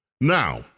Now